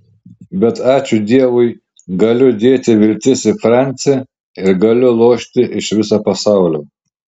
bet ačiū dievui galiu dėti viltis į francį ir galiu lošti iš viso pasaulio